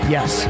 Yes